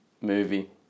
Movie